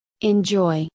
Enjoy